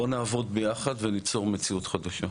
בואו נעבוד ביחד וניצור מציאות חדשה,